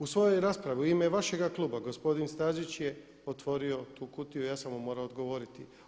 U svojoj je raspravi u ime vašega kluba gospodin Stazić je otvorio tu kutiju, ja sam mu morao odgovoriti.